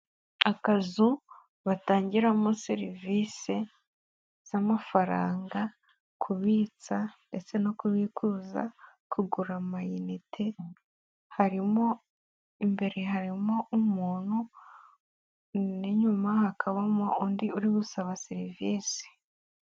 Akazu batangiragiramo serivisi z'amafaranga kubitsa ndetse no kubikuza, kugura amayinite, harimo imbere harimo umuntu n'inyuma hakabamo undi uri gusaba serivisi.